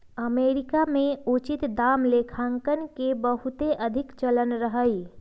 America में उचित दाम लेखांकन के बहुते अधिक चलन रहै